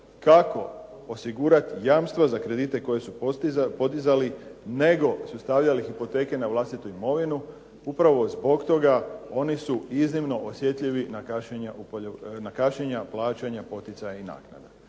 kako osigurati jamstva za kredite koje su podizali, nego su stavljali hipoteke na vlastitu imovinu. Upravo zbog toga oni su iznimno osjetljivi na kašnjenja plaćanja poticaja i naknada.